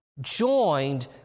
joined